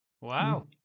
Wow